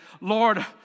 Lord